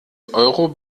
euro